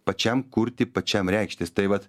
pačiam kurti pačiam reikštis tai vat